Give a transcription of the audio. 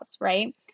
right